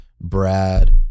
Brad